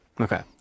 Okay